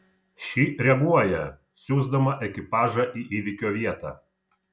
ši reaguoja siųsdama ekipažą į įvykio vietą